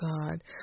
God